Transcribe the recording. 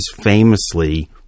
famously